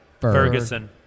Ferguson